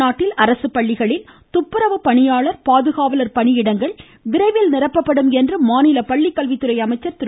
தமிழ்நாட்டில் அரசு பள்ளிகளில் துப்புரவு பணியாளர் பாதுகாவலர் பணியிடங்கள் விரைவில் நிரப்பப்படும் என்று மாநில பள்ளிக்கல்வித்துறை திரு